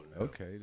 Okay